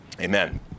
Amen